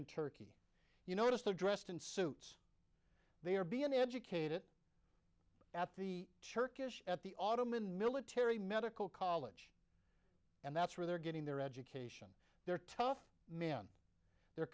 in turkey you notice the dressed in suits they are being educated at the church at the autumn in military medical college and that's where they're getting their education they're tough man they're